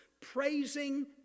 praising